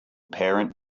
parent